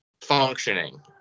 functioning